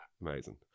Amazing